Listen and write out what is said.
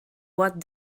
what